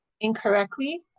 incorrectly